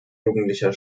jugendlicher